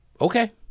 okay